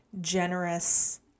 generous